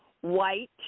White